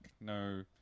No